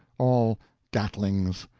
all gatlings,